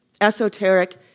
esoteric